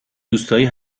دوستایی